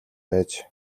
байж